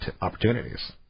opportunities